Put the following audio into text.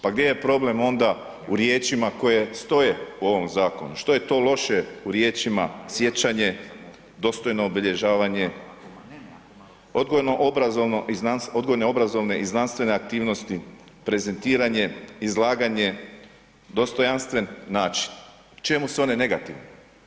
Pa gdje je problem onda u riječima koje stoje u ovom zakonu, što je to loše u riječima „sijećanje“, „dostojno obilježavanje“, „odgojne, obrazovne i znanstvene aktivnosti“, „prezentiranje“, „izlaganje“, „dostojanstven način“, u čemu su one negativne?